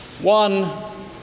One